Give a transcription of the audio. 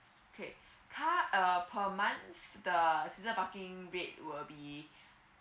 okay car uh per month the season parking rate will be